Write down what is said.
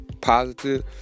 positive